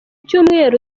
cyumweru